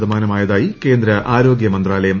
ശതമാനമായതായി കേന്ദ്ര ആരോഗ്യ മന്ത്രാലയം